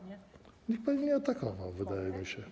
Nikt pani nie atakował, wydaje mi się.